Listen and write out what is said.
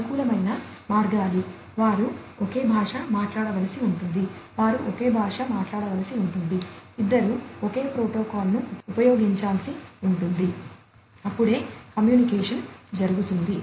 అనుకూలమైన మార్గాలు వారు ఒకే భాష మాట్లాడవలసి ఉంటుంది వారు ఒకే భాష మాట్లాడవలసి ఉంటుంది ఇద్దరూ ఒకే ప్రోటోకాల్ను ఉపయోగించాల్సి ఉంటుంది అప్పుడే కమ్యూనికేషన్ జరుగుతుంది